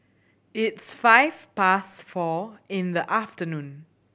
its five past four in the afternoon